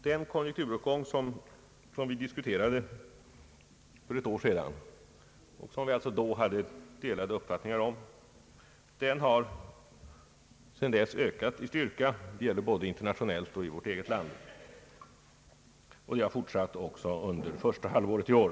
Den konjunkturuppgång som vi diskuterade för ett år sedan och hade delade uppfattningar om har sedan dess ökat i styrka. Det gäller både internationellt och i vårt eget land. Den har fortsatt också under det första halvåret i år.